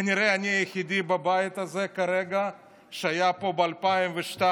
כנראה אני היחיד בבית הזה כרגע שהיה פה ב-2002,